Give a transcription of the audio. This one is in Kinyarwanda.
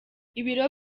ibiro